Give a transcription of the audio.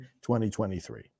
2023